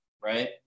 right